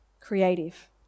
creative